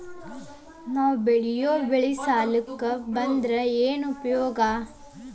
ನಾವ್ ಬೆಳೆಯೊ ಬೆಳಿ ಸಾಲಕ ಬಂದ್ರ ಏನ್ ಉಪಯೋಗ?